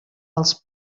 els